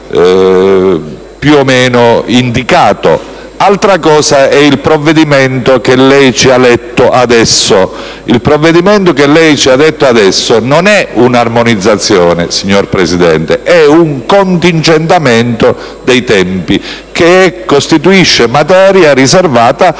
più o meno indicato, ma altra cosa è il provvedimento che lei ci ha letto adesso. Il provvedimento che lei ci ha appena comunicato non è un'armonizzazione, signor Presidente, è un contingentamento dei tempi, che costituisce materia riservata